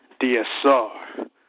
DSR